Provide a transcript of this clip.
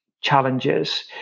challenges